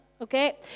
okay